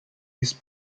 his